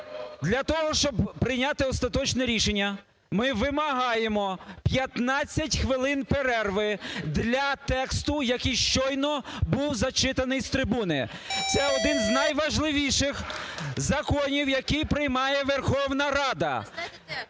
для того, щоб прийняти остаточне рішення, ми вимагаємо 15 хвилин перерви для тексту, який щойно був зачитаний з трибуни. Це один з найважливіших законів, який приймає Верховна Рада.